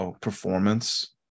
performance